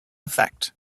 effect